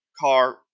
car